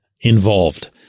involved